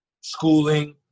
schooling